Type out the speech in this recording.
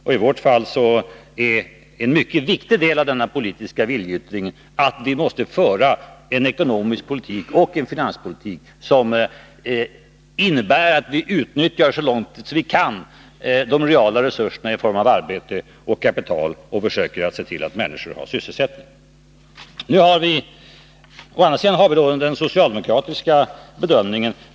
Och i vårt fall är en mycket viktig del av denna politiska viljeyttring att vi måste föra en ekonomisk politik och en finanspolitik som innebär att vi, så långt möjligt, utnyttjar de reala resurserna i form av arbetskraft och kapital och försöker se till att människor har sysselsättning. Å andra sidan har vi den socialdemokratiska bedömningen.